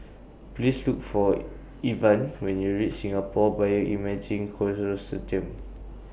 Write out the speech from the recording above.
Please Look For Evan when YOU REACH Singapore Bioimaging